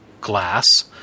glass